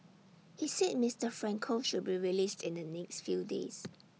he said Mister Franco should be released in the next few days